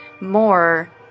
more